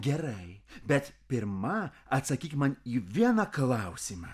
gerai bet pirma atsakyk man į vieną klausimą